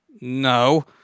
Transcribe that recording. No